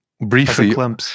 briefly